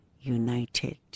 united